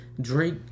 Drake